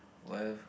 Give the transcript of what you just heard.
while